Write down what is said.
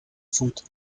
foot